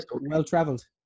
Well-traveled